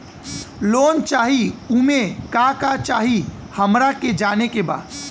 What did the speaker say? Loan चाही उमे का का चाही हमरा के जाने के बा?